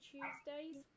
Tuesdays